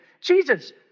Jesus